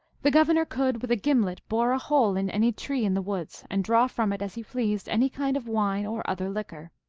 the governor could with a gimlet bore a hole in any tree in the woods, and draw from it as he pleased any kind of wine or other liquor.